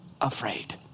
afraid